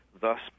thus